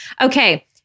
Okay